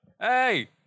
Hey